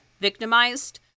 victimized